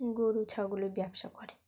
গরু ছাগলের ব্যবসা করে